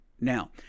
Now